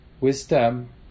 wisdom